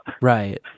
Right